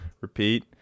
Repeat